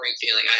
feeling